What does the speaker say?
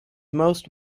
most